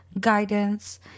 guidance